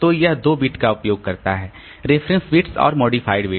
तो यह दो बिट का उपयोग करता है रेफरेंस बिट्स और मॉडिफाइड बिट